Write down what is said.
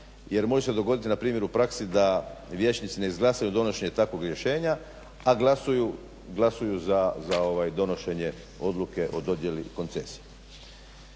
jer može se dogoditi npr. u praksi da vijećnici ne izglasaju donošenje takvog rješenja, a glasuju za donošenje odluke o dodjeli koncesije.